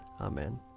Amen